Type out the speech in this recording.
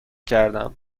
کردم